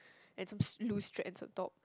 and some loose strands on top